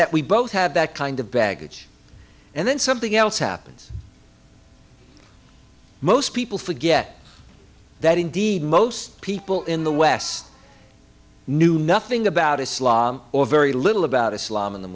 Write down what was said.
that we both have that kind of baggage and then something else happens most people forget that indeed most people in the west knew nothing about islam or very little about islam in the